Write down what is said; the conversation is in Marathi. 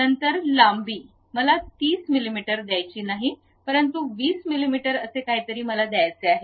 नंतर लांबी मला 30 मिमी द्यायची नाही परंतु २० मिमी असे काहीतरी द्यायचे आहे